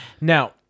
Now